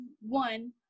one